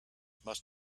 must